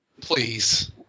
Please